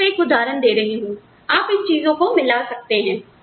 मैं सिर्फ एक उदाहरण दे रही हूं आप इन चीजों को मिला सकते हैं